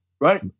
right